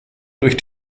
durch